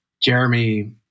Jeremy